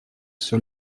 sur